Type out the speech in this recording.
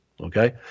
Okay